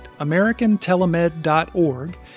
americantelemed.org